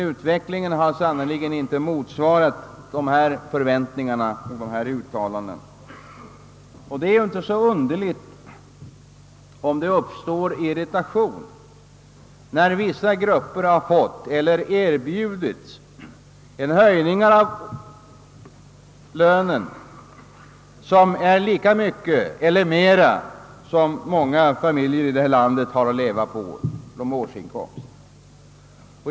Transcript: Utvecklingen har sannerligen inte motsvarat förväntningar och uttalanden. Det är inte så underligt om det uppstår irritation när vissa grupper har fått eller erbjudits en höjning av lönen, som är lika stor som eller större än vad många familjer här i landet har i årslön.